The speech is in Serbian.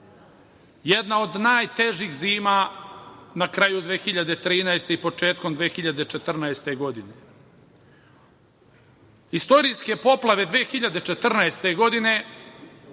jedna od najtežih zima na kraju 2013. godine i početkom 2014. godine, istorijske poplave 2014. godine